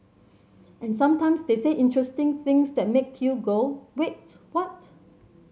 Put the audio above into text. and sometimes they say interesting things that make you go wait what